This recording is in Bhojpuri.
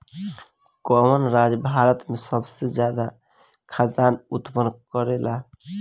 कवन राज्य भारत में सबसे ज्यादा खाद्यान उत्पन्न करेला?